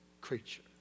creature